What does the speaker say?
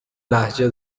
لهجه